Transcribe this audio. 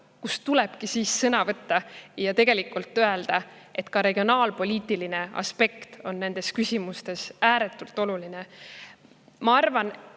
kus tulebki sõna võtta ja öelda, et ka regionaalpoliitiline aspekt on nendes küsimustes ääretult oluline. Ma arvan,